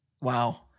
Wow